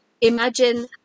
imagine